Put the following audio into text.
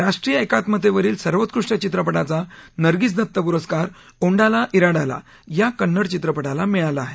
राष्ट्रीय एकात्मतेवरील सर्वोत्कृष्ट चित्रपटाचा नर्गिस दत्त पुरस्कार ओंडाला जिडाला या कन्नड चित्रपटाला मिळाला आहे